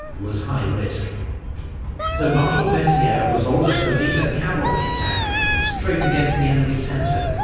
was high-risk. so marshal bessieres was ordered to lead a cavalry attack straight against the enemy centre.